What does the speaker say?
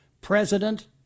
President